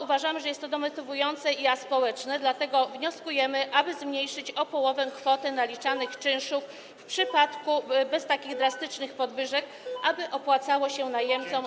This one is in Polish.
Uważam, że jest to demotywujące i aspołeczne, dlatego wnioskujemy, aby zmniejszyć o połowę kwotę naliczanych czynszów bez takich drastycznych podwyżek, aby opłacało się najemcom.